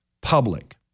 public